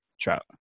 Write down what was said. trout